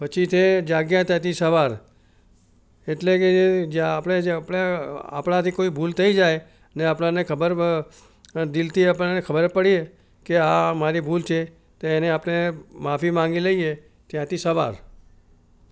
પછી છે જાગ્યા ત્યારથી સવાર એટલે કે જ્યાં આપણે છીએ આપણાથી કોઈ ભૂલ થઈ જાયને આપણાને ખબર કે દિલથી આપણને ખબર પડે કે આ મારી ભૂલ છે તો એને આપણે માફી માગી લઈએ ત્યાંથી સવાર